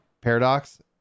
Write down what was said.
paradox